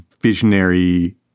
visionary